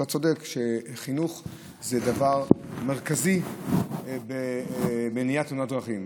אתה צודק שחינוך זה דבר מרכזי במניעת תאונות דרכים.